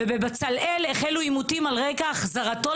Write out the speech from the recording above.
"ובבצלאל החלו עימותים על רקע החזרתו